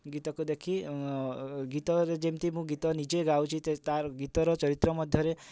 ଗୀତକୁ ଦେଖି ଗୀତରେ ଯେମିତି ମୁଁ ଗୀତ ନିଜେ ଗାଉଛି ତ ଗୀତର ଚରିତ୍ର ମଧ୍ୟରେ